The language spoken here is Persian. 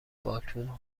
باتوم